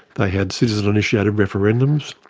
they had citizen initiated referendums,